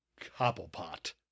Cobblepot